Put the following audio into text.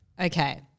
Okay